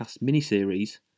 mini-series